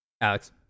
alex